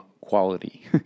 quality